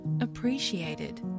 appreciated